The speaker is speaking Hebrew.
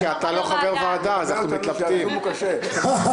אמרתי עוד דבר בתוך הדברים,